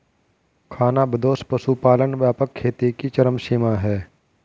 खानाबदोश पशुपालन व्यापक खेती की चरम सीमा है